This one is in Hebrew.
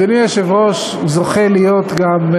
אדוני היושב-ראש זוכה להיות גם,